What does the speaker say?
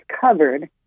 covered